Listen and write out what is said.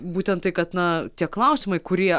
būtent tai kad na tie klausimai kurie